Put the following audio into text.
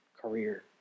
Career